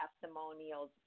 testimonials